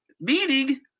meaning